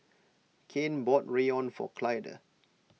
Kanye bought Rawon for Clyda